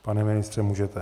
Pane ministře, můžete.